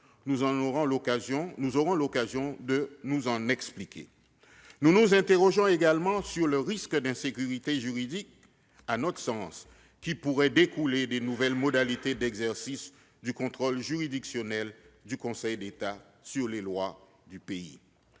Nous aurons l'occasion de nous en expliquer. Nous nous interrogeons également sur le risque d'insécurité juridique qui pourrait, à notre sens, découler des nouvelles modalités d'exercice du contrôle juridictionnel du Conseil d'État sur les lois du pays.